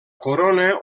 corona